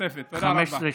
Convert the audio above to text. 15 שניות.